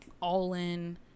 all-in